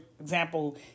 example